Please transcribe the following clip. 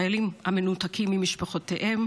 חיילים המנותקים ממשפחותיהם,